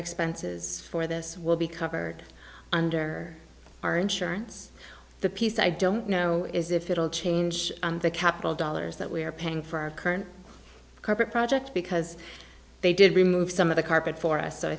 expenses for this will be covered under our insurance the piece i don't know is if it will change the capital dollars that we are paying for our current carpet project because they did remove some of the carpet for us so i